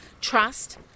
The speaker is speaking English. trust